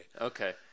Okay